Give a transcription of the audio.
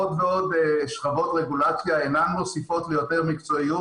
עוד ועוד שכבות רגולציה אינן מוסיפות ליותר מקצועיות